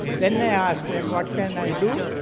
then i asked them what can i do?